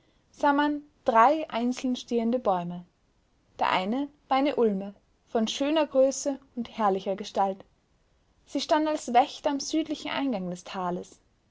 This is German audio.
man drei einzeln stehende bäume der eine war eine ulme von schöner größe und herrlicher gestalt sie stand als wächter am südlichen eingang des tales